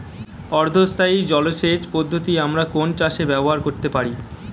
অর্ধ স্থায়ী জলসেচ পদ্ধতি আমরা কোন চাষে ব্যবহার করতে পারি?